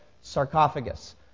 sarcophagus